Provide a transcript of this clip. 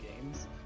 games